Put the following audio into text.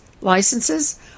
licenses